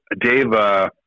Dave